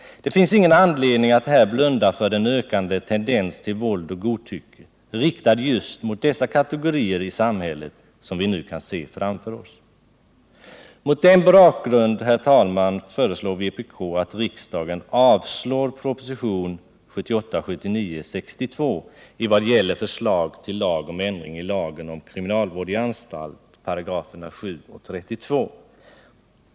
Det finns ingen anledning att här blunda för den ökande tendens till våld och godtycke, riktad just mot dessa kategorier i samhället, som vi nu kan se. Mot denna bakgrund, herr talman, föreslår vpk att riksdagen avslår proposition 1978/79:62 i vad gäller förslag till lag om ändring i lagen om kriminalvård i anstalt, 7 och 32 §§.